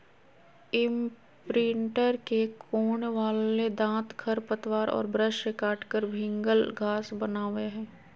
imprinter के कोण वाले दांत खरपतवार और ब्रश से काटकर भिन्गल घास बनावैय हइ